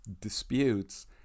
disputes